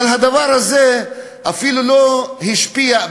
אבל הדבר הזה אפילו לא השפיע,